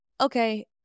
okay